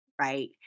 right